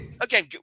again